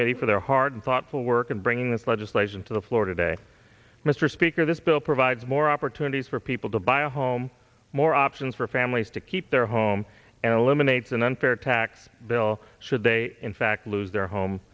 ee for their hard thoughtful work in bringing this legislation to the floor today mr speaker this bill provides more opportunities for people to buy a home more options for families to keep their home and eliminates an unfair tax bill should they in fact lose their home